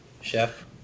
Chef